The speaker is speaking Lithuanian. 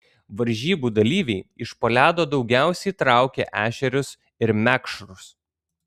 varžybų dalyviai iš po ledo daugiausiai traukė ešerius ir mekšrus